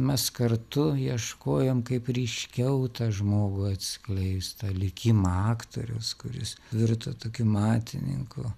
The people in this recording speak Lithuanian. mes kartu ieškojom kaip ryškiau tą žmogų atskleist tą likimą aktoriaus kuris virto tokiu matininku